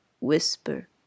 whisper